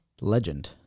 Legend